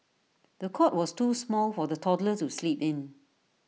the cot was too small for the toddler to sleep in